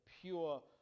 pure